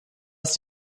ist